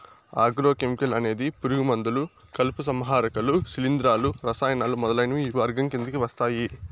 agro chemical అనేది పురుగు మందులు, కలుపు సంహారకాలు, శిలీంధ్రాలు, రసాయనాలు మొదలైనవి ఈ వర్గం కిందకి వస్తాయి